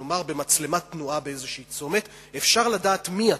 נאמר במצלמת תנועה באיזה צומת אפשר לדעת מי אתה,